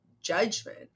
judgment